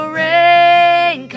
rain